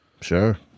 Sure